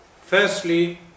Firstly